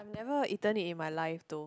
I've never eaten it in my life though